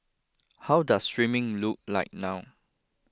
how does streaming look like now